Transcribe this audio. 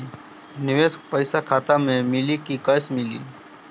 निवेश पइसा खाता में मिली कि कैश मिली?